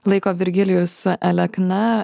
laiko virgilijus alekna